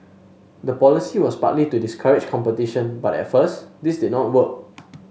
the policy was partly to discourage competition but at first this did not work